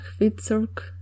Hvitserk